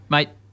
Mate